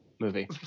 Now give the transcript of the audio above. movie